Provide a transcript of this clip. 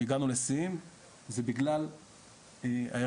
שהגענו לשיאים היא בגלל ההרכב.